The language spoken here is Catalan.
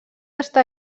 està